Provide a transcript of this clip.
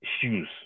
shoes